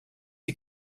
die